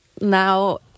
now